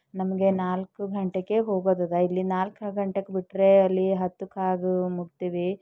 ನಮಗೆ ನಾಲ್ಕು ಗಂಟೆಗೆ ಹೋಗೋದಿದೆ ಇಲ್ಲಿ ನಾಲ್ಕು ಗಂಟೆಗೆ ಬಿಟ್ಟರೆ ಅಲ್ಲಿ ಹತ್ತಕ್ಕಾಗೂ ಮುಟ್ತೀವಿ